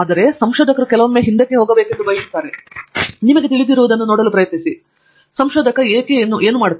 ಆದ್ದರಿಂದ ಸಂಶೋಧಕರು ಕೆಲವೊಮ್ಮೆ ಹಿಂದಕ್ಕೆ ಹೋಗಬೇಕೆಂದು ಬಯಸುತ್ತಾರೆ ಮತ್ತು ನಿಮಗೆ ತಿಳಿದಿರುವುದನ್ನು ನೋಡಲು ಪ್ರಯತ್ನಿಸಿ ಸಂಶೋಧಕರು ಏನು ಮಾಡುತ್ತಾರೆ